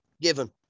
given